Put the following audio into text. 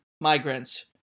migrants